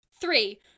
Three